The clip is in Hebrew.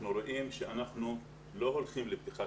אנחנו רואים שאנחנו לא הולכים לפתיחת